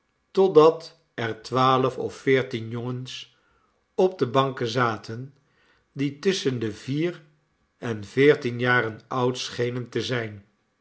totdat er twaalf of veertien jongens op de banken zaten die tusschen de vier en veertien jaren oud schenen te zijn